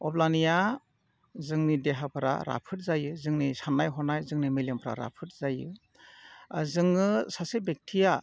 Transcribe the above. अब्लानिया जोंनि देहाफोरा राफोद जायो जोंनि साननाय हनाय जोंनि मेलेमफ्रा राफोद जायो जोङो सासे बेक्तिया